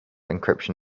encryption